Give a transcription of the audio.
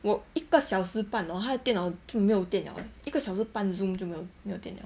我一个小时半 hor 他的电脑就没有电 liao leh 一个小时半 zoom 就就没有点 liao